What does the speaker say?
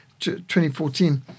2014